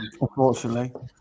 unfortunately